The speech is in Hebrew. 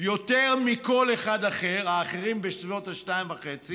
יותר מכל אחד אחר, האחרים בסביבות ה-2.5%.